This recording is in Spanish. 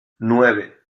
nueve